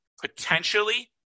potentially